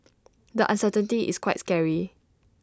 the uncertainty is quite scary